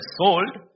sold